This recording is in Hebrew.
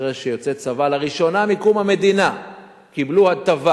ואחרי שיוצאי צבא לראשונה מקום המדינה קיבלו הטבה,